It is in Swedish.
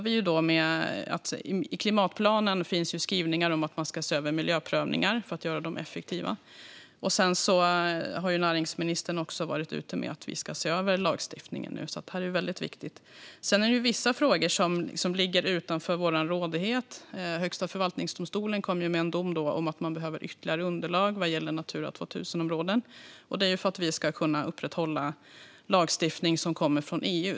I klimatplanen finns skrivningar om att man ska se över miljöprövningar för att göra dem effektiva. Sedan har näringsministern också signalerat att vi ska se över lagstiftningen. Det är viktigt. Sedan är det vissa frågor som ligger utanför vår rådighet. Högsta förvaltningsdomstolen kom med en dom om att man behöver ytterligare underlag vad gäller Natura 2000-områden, och det är för att vi ska kunna upprätthålla lagstiftning som kommer från EU.